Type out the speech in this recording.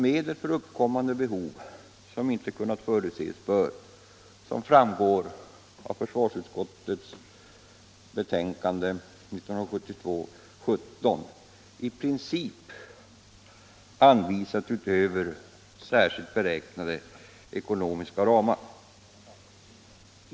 Medel för uppkommande behov som inte har kunnat förutses bör — som framgår av försvarsutskottets betänkande 1972:17 — i princip anvisas utöver särskilt beräknade ekonomiska ramar.